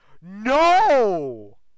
No